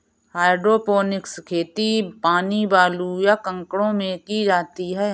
hydroponics खेती पानी, बालू, या कंकड़ों में की जाती है